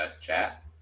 chat